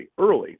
early